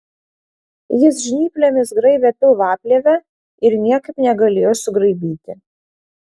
jis žnyplėmis graibė pilvaplėvę ir niekaip negalėjo sugraibyti